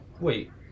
Wait